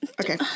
Okay